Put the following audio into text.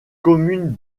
commune